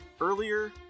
earlier